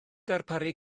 darparu